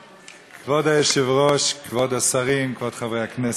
כבוד היושב-ראש, כבוד השרים, כבוד חברי הכנסת,